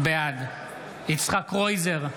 בעד יצחק קרויזר,